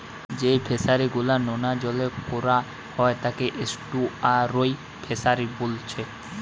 যেই ফিশারি গুলা নোনা জলে কোরা হয় তাকে এস্টুয়ারই ফিসারী বোলছে